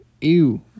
Ew